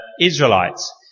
Israelites